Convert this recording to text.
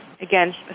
again